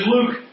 Luke